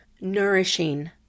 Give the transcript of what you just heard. nourishing